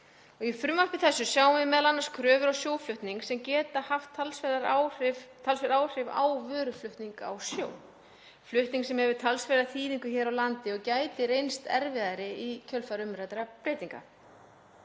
Í frumvarpi þessu sjáum við m.a. kröfur á sjóflutning sem geta haft talsverð áhrif á vöruflutninga á sjó, flutning sem hefur talsverða þýðingu hér á landi og gæti reynst erfiðari í kjölfar umræddra breytinga.